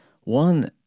One